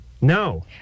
no